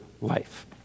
life